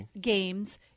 games